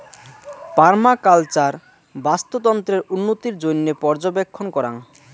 permaculture বাস্তুতন্ত্রের উন্নতির জইন্যে পর্যবেক্ষণ করাং